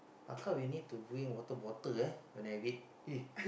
how come you need to bring water bottle eh when I read